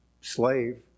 slave